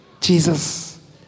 Jesus